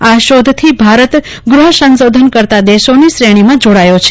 આ શોધથી ભારત ગ્રહ સંશોધન કરતા દેશોની શ્રેણીમાં જોડાયો છે